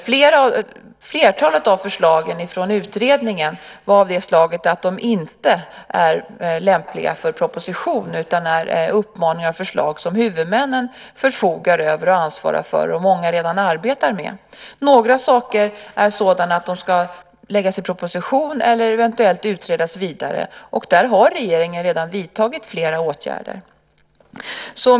Flertalet av förslagen från utredningen var av det slaget att de inte är lämpliga för en proposition utan är uppmaningar och förslag som huvudmännen förfogar över och ansvarar för och som många redan arbetar med. Några saker är sådana att de ska läggas in i en proposition eller eventuellt utredas vidare. Där har regeringen redan vidtagit flera åtgärder.